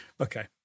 okay